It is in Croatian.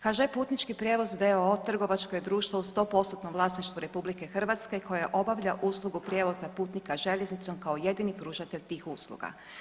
HŽ Putnički prijevoz d.o.o. trgovačko je društvo u 100%-tnom vlasništvu RH koje obavlja uslugu prijevoza putnika željeznicom kao jedini pružatelj tih usluga.